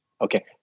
Okay